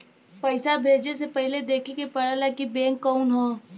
पइसा भेजे से पहिले देखे के पड़ेला कि बैंक कउन ह